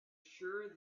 sure